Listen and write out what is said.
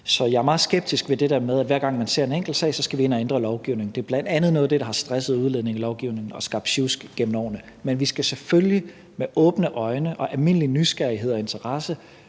til det der med, at man siger, at hver gang man ser en enkeltsag, skal vi ind og ændre lovgivningen. Det er bl.a. noget af det, der har stresset udlændingelovgivningen og skabt sjusk gennem årene. Men vi skal selvfølgelig med åbne øjne, almindelig nysgerrighed og interesse